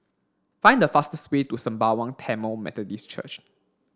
find the fastest way to Sembawang Tamil Methodist Church